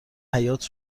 حیاط